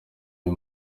uyu